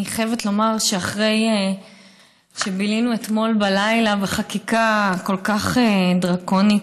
אני חייבת לומר שאחרי שבילינו אתמול בלילה בחקיקה כל כך דרקונית,